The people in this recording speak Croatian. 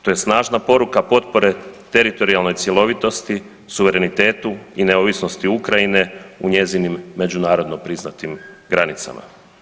To je snažna poruka potpore teritorijalne cjelovitosti, suverenitetu i neovisnosti Ukrajine u njezinim međunarodno priznatim granicama.